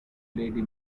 lady